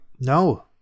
No